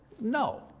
No